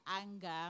anger